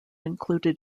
included